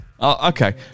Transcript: Okay